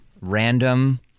random